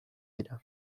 dira